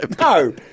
No